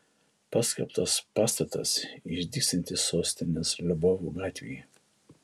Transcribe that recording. paskelbtas pastatas išdygsiantis sostinės lvovo gatvėje